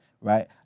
right